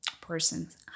person's